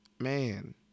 Man